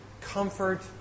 comfort